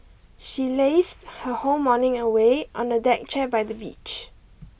she lazed her whole morning away on a deck chair by the beach